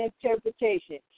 interpretation